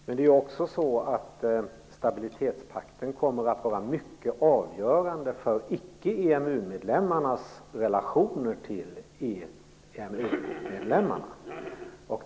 Fru talman! Stabilitetspakten kommer också att vara mycket avgörande för icke-EMU-medlemmarnas relationer till EMU-medlemmarna.